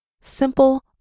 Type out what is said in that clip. simple